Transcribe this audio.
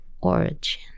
origin